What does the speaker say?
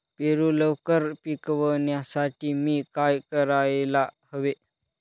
पेरू लवकर पिकवण्यासाठी मी काय करायला हवे?